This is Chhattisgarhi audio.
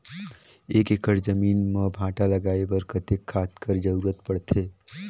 एक एकड़ जमीन म भांटा लगाय बर कतेक खाद कर जरूरत पड़थे?